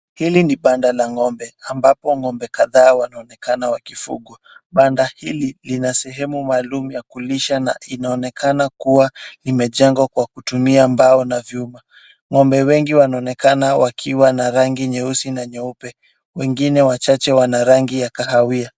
Hili ni banda la ngombe, ambapo ngombe kadhaa wanaonekana wakifungwa, banda hili lina sehemu maalum ya kulisha na inaonekana kuwa imejengwa kwa kutumia mbao na vyuma, ngombe wengi wanaonekana wakiwa na rangi nyeusi na nyeupe, wengine wachache wana rangi ya kahawia.